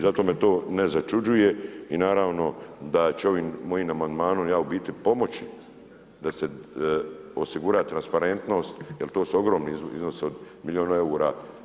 Zato me to ne začuđuje i naravno da ću ovim mojim amandmanom ja u biti pomoći da se osigura transparentnost jer to su ogromni iznosi od milion eura.